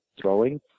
throwing